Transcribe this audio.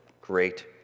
great